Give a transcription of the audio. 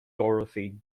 dorothy